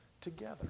together